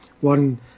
One